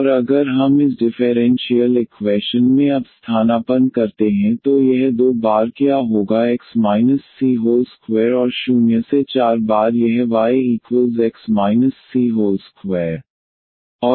और अगर हम इस डिफेरेंशीयल इक्वैशन में अब स्थानापन्न करते हैं तो यह दो बार क्या होगा x c2 और शून्य से चार बार यह yx c2